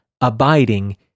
abiding